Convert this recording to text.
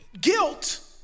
guilt